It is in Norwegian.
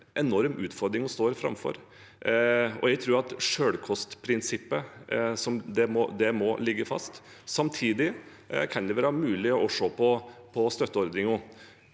en enorm utfordring vi står framfor. Jeg tror at selvkostprinsippet må ligge fast, men samtidig kan det være mulig å se på støtteordninger.